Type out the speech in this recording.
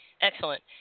excellent